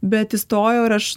bet įstojau ir aš